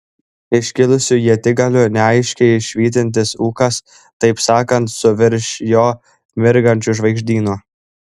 iškilusių ietigalių neaiškiai švytintis ūkas taip sakant su virš jo mirgančiu žvaigždynu